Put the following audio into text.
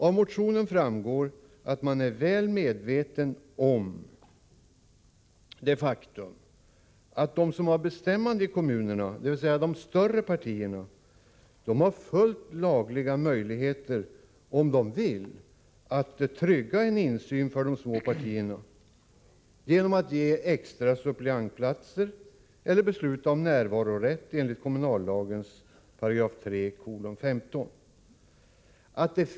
Av motionen framgår att man är väl medveten om det faktum att de som har bestämmandet i kommunen, dvs. de större partierna, har fullt lagliga möjligheter, om de vill, att trygga en insyn för de små partierna genom att ge extra suppleantplatser eller besluta om närvarorätt enligt 3:15 § kommunallagen.